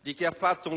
di chi ha fatto un cattivo uso del mercato.